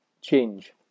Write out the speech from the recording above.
change